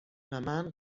ومن